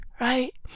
right